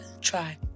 Try